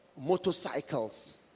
motorcycles